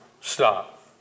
stop